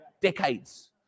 Decades